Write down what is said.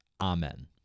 Amen